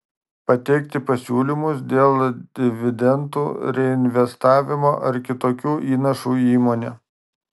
pateikti pasiūlymus dėl dividendų reinvestavimo ar kitokių įnašų į įmonę